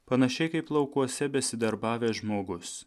panašiai kaip laukuose besidarbavęs žmogus